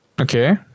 Okay